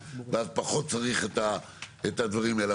ואז פחות צריך את הדברים האלה.